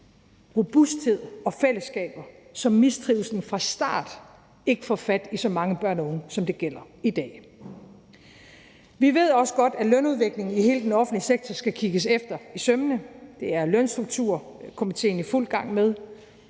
robusthed og fællesskaber, så mistrivslen fra start ikke får fat i så mange børn og unge, som det er tilfældet i dag. Vi ved også godt, at lønudviklingen i hele den offentlige sektor skal kigges efter i sømmene. Det er Lønstrukturkomitéen i fuld gang med.